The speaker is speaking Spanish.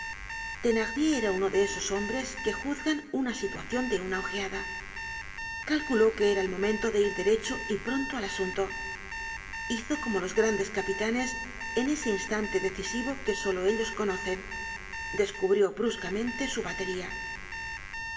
era uno de esos hombres que juzgan una situacion de una ojeada calculó que era el momento de ir derecho y pronto al asunto hizo como los grandes capitanes en ese instante decisivo que solo ellos conocen descubrió bruscamente su batería